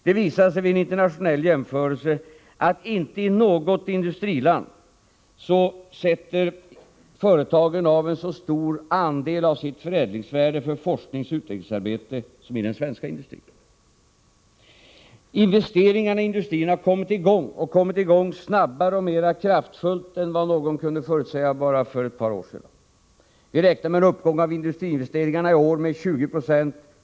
Det visade sig vid en internationell jämförelse att inte i något industriland sätter företagen av en så stor andel av sitt förädlingsvärde för forskningsoch utvecklingsarbete som den svenska industrin. Investeringarna i industrin har kommit i gång snabbare och mera kraftfullt än vad någon kunde förutsäga bara för ett par år sedan. Vi räknar med en uppgång av industriinvesteringarna i år med 20 90.